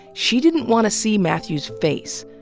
she didn't want to see mathew's face.